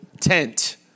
tent